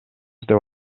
деп